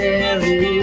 Mary